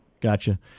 Gotcha